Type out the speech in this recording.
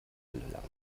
gelernt